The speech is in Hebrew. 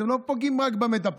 אתם לא פוגעים רק במטפלות.